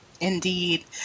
Indeed